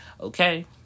okay